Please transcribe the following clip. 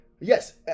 Yes